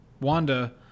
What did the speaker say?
Wanda